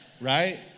Right